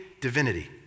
divinity